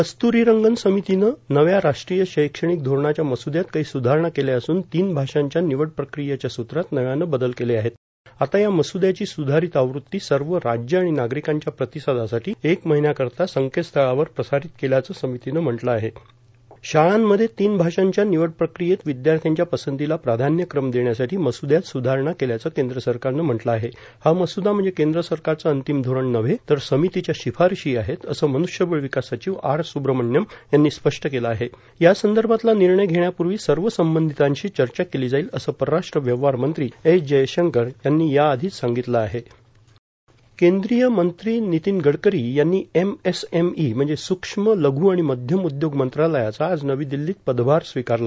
कस्त्रीरंगन समितीनं नव्या राष्ट्रीय शैक्षणिक धोरणाच्या मसूदयात काही स्धारणा केल्या असूनए तीन भाषांच्या निवडप्रक्रियेच्या सूत्रात नव्यानं बदल केले आहेतण आता या मस्दयाची स्धारित आवृत्तीए सर्व राज्य आणि नागरिकांच्या प्रतिसादासाठी एक महिन्याकरता संकेतस्थळावर प्रसारीत केल्याचं समितीनं म्हटलं आहेण् शाळांमधे तीन भाषांच्या निवडप्रक्रियेत विदयार्थ्यांच्या पसंतीला प्राधान्यक्रम देण्यासाठी मसुदयात स्धारणा केल्याचं केंद्र सरकारनं म्हटलं आहेण् हा मस्दा म्हणजे केंद्रसरकारचं अंतिम धोरण नव्हेए तर समितीच्या शिफारसी आहेतए असं मन्ष्यबळ विकास सचिव आर सुब्रमण्यम् यांनी स्पष्ट केलं आहेण यासंदर्भातला निर्णय घेण्यापूर्वी सर्व संबंधितांशी चर्चा केली जाईलए असं परराष्ट्र व्यवहार मंत्री एस जयशंकर यांनी या आधीच सांगितलं आहेण केंद्रीय मंत्री नितीन गडकरी यांनी एमएसएमई म्हणजे सुक्ष्मए लघ् आणि मध्यम उदयोग मंत्रालयाचा आज नवी दिल्लीत पदभार स्वीकारला